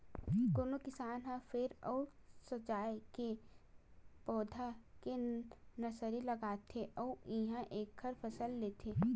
कोनो किसान ह फर अउ सजाए के पउधा के नरसरी लगाथे अउ उहां एखर फसल लेथे